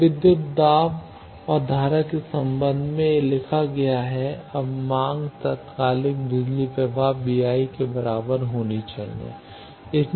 तो विद्युत दाब और धारा के संदर्भ में यह लिखा गया है अब मांग तात्कालिक बिजली प्रवाह VI के बराबर होना चाहिए